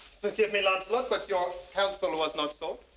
forgive me, lancelot, but your counsel was not sought,